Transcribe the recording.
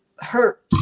hurt